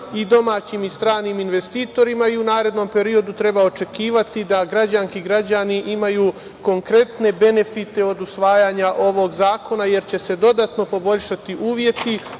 i domaćim i stranim investitorima i u narednom periodu treba očekivati da građanke i građani imaju konkretne benefite od usvajanja ovog zakona jer će se dodatno poboljšati uslovi